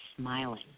smiling